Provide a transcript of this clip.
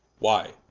why,